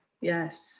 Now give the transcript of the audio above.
yes